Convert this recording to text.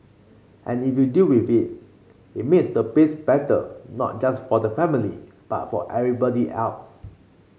and if you deal with it it makes the place better not just for the family but for everybody else